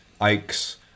Ike's